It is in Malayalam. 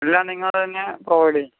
എല്ലാം നിങ്ങൾ തന്നെ പ്രൊവൈഡ് ചെയ്യും